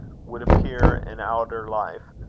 would appear an outer life,